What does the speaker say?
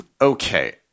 okay